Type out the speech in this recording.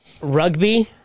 Rugby